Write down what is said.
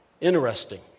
Interesting